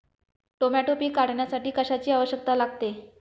Tomato पीक काढण्यासाठी कशाची आवश्यकता लागते?